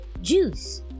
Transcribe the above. juice